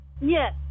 Yes